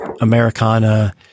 Americana